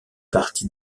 partie